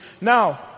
Now